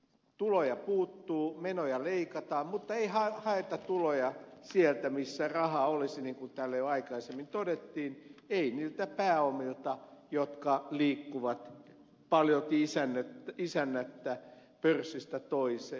tuloja puuttuu menoja leikataan mutta ei haeta tuloja sieltä missä rahaa olisi niin kuin täällä jo aikaisemmin todettiin ei niiltä pääomilta jotka liikkuvat paljolti isännättä pörssistä toiseen